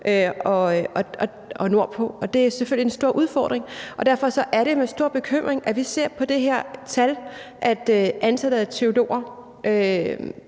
og nordpå, og det er selvfølgelig en stor udfordring. Derfor er det med stor bekymring, at vi ser på det her tal – at antallet af teologer